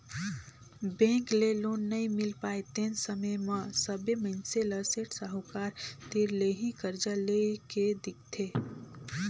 bank ले loan नइ मिल पाय तेन समे म सबे मइनसे ल सेठ साहूकार तीर ले ही करजा लेए के दिखथे